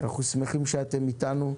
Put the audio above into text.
אנחנו שמחים שאתם איתנו.